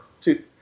two